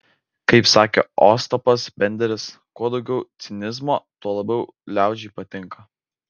kaip sakė ostapas benderis kuo daugiau cinizmo tuo labiau liaudžiai patinka